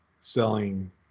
selling